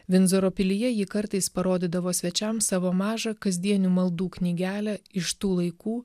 vindzoro pilyje ji kartais parodydavo svečiam savo mažą kasdienių maldų knygelę iš tų laikų